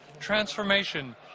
transformation